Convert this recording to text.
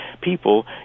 people